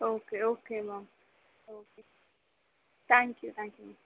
okay okay ma'am okay thank you thank you ma'am